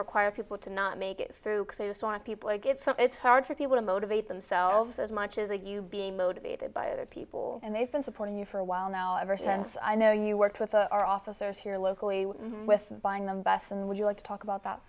require people to not make it through classes want people to get so it's hard for people to motivate themselves as much as i you be motivated by other people and they've been supporting you for a while now ever since i know you worked with a our officers here locally with buying them bus and would you like to talk about that